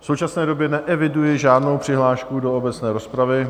V současné době neeviduji žádnou přihlášku do obecné rozpravy.